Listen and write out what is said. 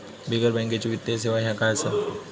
बिगर बँकेची वित्तीय सेवा ह्या काय असा?